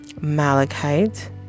malachite